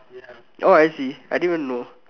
oh I see I didn't even know